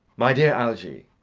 my dear algy,